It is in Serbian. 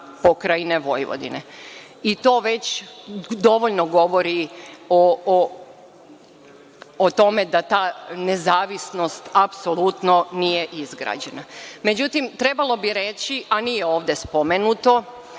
AP Vojvodine. To već dovoljno govori o tome da ta nezavisnost apsolutno nije izgrađena.Međutim, trebalo bi reći, a nije ovde spomenuto,